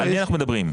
על מה אנחנו מדברים?